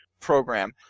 program